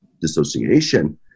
dissociation